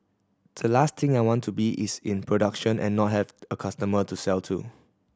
the last thing I want to be is in production and not have a customer to sell to